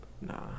nah